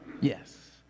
Yes